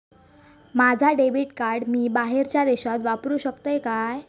माझा debit card मी बाहेरच्या देशात वापरू शकतय काय?